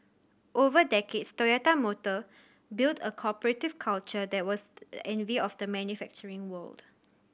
over decades Toyota Motor built a corporative culture that was the envy of the manufacturing world